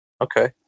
Okay